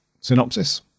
synopsis